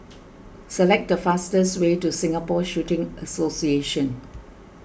select the fastest way to Singapore Shooting Association